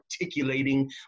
articulating